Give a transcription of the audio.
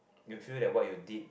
you feel that what you did